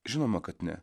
žinoma kad ne